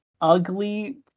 ugly